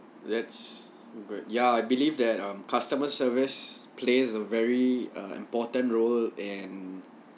that's great ya I believe that um customer service plays a very ah important role in